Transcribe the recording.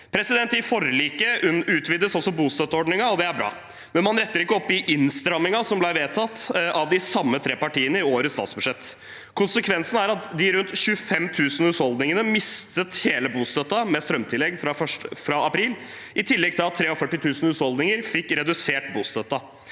anslått. I forliket utvides også bostøtteordningen, og det er bra. Men man retter ikke opp i innstrammingen som ble vedtatt av de samme tre partiene i årets statsbudsjett. Konsekvensene var at de rundt 25 000 husholdningene mistet hele bostøtten med strømtillegg fra april, i tillegg til at 43 000 husholdninger fikk redusert bostøtten.